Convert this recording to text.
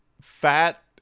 fat